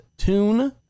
Tune